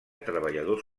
treballador